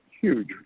huge